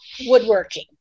woodworking